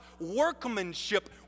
workmanship